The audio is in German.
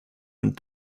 und